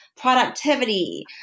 productivity